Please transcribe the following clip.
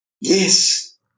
Yes